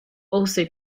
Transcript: also